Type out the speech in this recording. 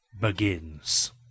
begins